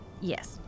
Yes